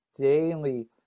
daily